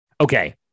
Okay